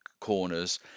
corners